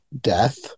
death